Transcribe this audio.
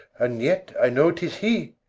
and yet i know tis he.